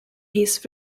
his